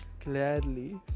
clearly